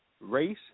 race